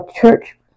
church